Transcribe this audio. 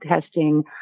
testing